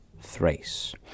thrace